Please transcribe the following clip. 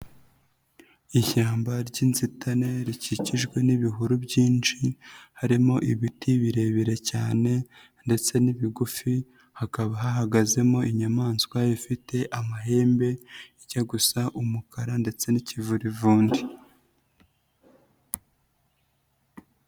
Ishyamba ry'inzitane rikikijwe n'ibihuru byinshi harimo ibiti birebire cyane ndetse n'ibigufi hakaba hahagazemo inyamaswa ifite amahembe, ijya gusa umukara ndetse n'ikivurivundi.